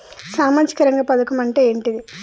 సామాజిక రంగ పథకం అంటే ఏంటిది?